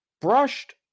brushed